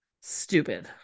stupid